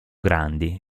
grandi